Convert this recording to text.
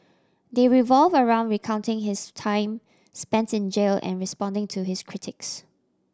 they revolve around recounting his time spents in jail and responding to his critics